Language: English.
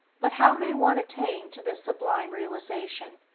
but how may one attain to this sublime realization?